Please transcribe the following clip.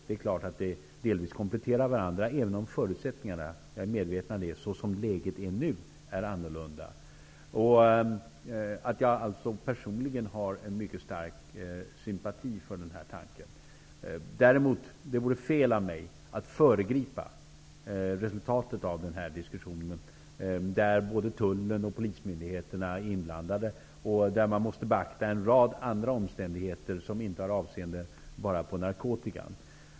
Det är klart att de här myndigheterna delvis kompletterar varandra, även om förutsättningarna som läget nu är -- jag är medveten om det -- är annorlunda. Personligen har jag mycket stark sympati för den här tanken. Däremot vore det fel av mig att föregripa resultatet av diskussionen, där både tull och polismyndigheterna är inblandade och där man måste beakta en rad andra omständigheter som inte bara avser narkotikan.